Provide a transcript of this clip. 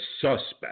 suspect